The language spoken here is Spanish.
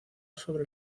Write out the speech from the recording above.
sobre